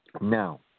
Now